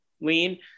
lean